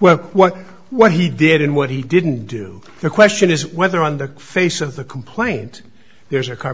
well what what he did and what he didn't do the question is whether on the face of the complaint there's a c